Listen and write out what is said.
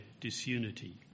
Disunity